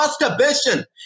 masturbation